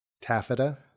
Taffeta